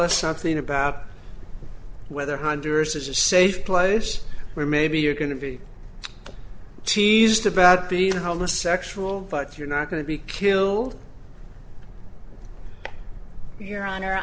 us something about whether hunder is a safe place where maybe you're going to be teased about being a homosexual but you're not going to be killed your honor